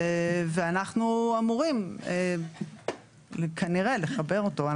ואנחנו אמורים כנראה לחבר אותו.